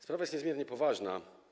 Sprawa jest niezmiernie poważna.